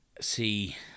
see